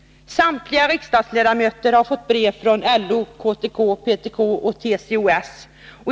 Samtliga riksdagsledamöter har fått brev från LO, KTK, PTK och TCO-S.